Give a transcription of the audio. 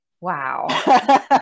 Wow